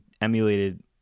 emulated